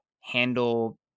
handle